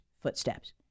footsteps